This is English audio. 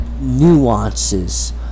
nuances